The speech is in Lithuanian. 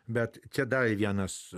bet čia dar vienas